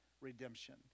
redemption